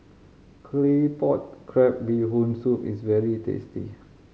Claypot Crab Bee Hoon Soup is very tasty